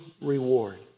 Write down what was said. reward